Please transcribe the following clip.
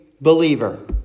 believer